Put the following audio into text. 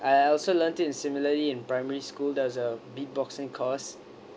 I also learnt it in similarly in primary school there's a beat boxing course